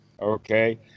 okay